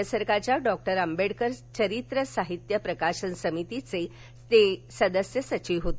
राज्य सरकारच्या डॉ आंबेडकर चरित्र साहित्य प्रकाशन समितीचे ते सदस्य सचिव होते